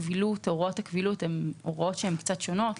בהליך המינהלי הוראות הקבילות הן הוראות קצת שונות.